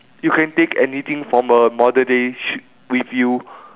you can take anything from a modern day tri~ with you